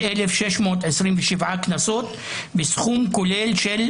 318,627 קנסות, בסכום כולל של